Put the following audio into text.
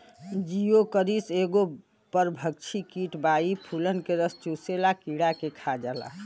Geocoris एगो परभक्षी कीट बा इ फूलन के रस चुसेवाला कीड़ा के खा जाला